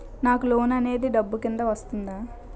నాకు లోన్ అనేది డబ్బు కిందా వస్తుందా?